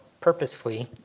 purposefully